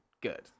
good